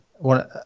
one